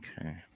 Okay